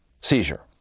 seizure